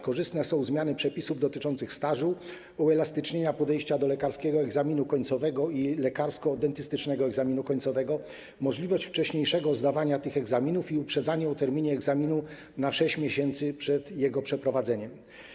Korzystne są zmiany przepisów dotyczących stażu, uelastycznienia podejścia do lekarskiego egzaminu końcowego i lekarsko-dentystycznego egzaminu końcowego, możliwości wcześniejszego zdawania tych egzaminów i uprzedzania o terminie egzaminu na 6 miesięcy przed jego przeprowadzeniem.